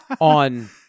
on